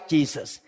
Jesus